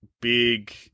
big-